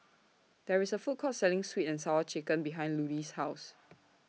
There IS A Food Court Selling Sweet and Sour Chicken behind Ludie's House